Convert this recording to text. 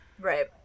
right